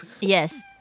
Yes